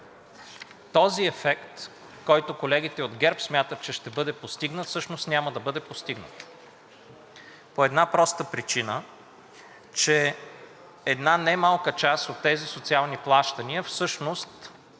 този ефект, който колегите от ГЕРБ смятат, че ще бъде постигнат, всъщност няма да бъде постигнат по една проста причина, че една немалка част от тези социални плащания всъщност